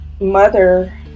mother